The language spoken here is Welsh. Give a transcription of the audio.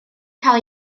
cael